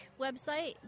website